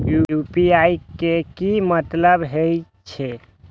UPI के की मतलब हे छे?